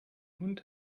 hund